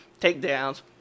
takedowns